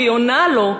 והיא עונה לו,